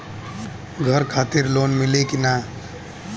घर खातिर लोन मिली कि ना?